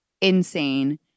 insane